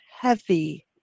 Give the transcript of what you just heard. heavy